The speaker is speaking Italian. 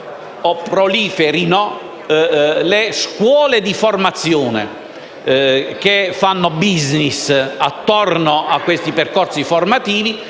o proliferino le scuole di formazione, che fanno *business* attorno a questi percorsi formativi